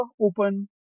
open